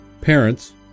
Parents